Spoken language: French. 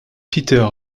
pieter